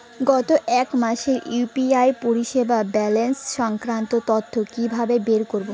গত এক মাসের ইউ.পি.আই পরিষেবার ব্যালান্স সংক্রান্ত তথ্য কি কিভাবে বের করব?